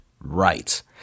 right